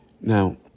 Now